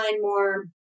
more